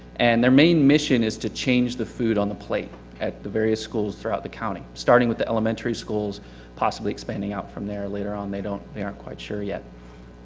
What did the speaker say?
and their main mission is to change the food on the plate at the various schools throughout the county starting with the elementary schools possibly expanding out from there later on they don't they aren't quite sure yet.